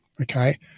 okay